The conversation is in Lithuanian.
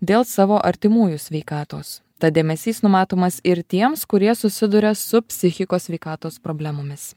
dėl savo artimųjų sveikatos tad dėmesys numatomas ir tiems kurie susiduria su psichikos sveikatos problemomis